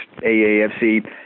AAFC